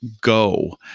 go